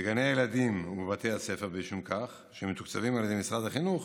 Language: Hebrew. בגני הילדים ובבתי הספר שמתוקצבים על ידי משרד החינוך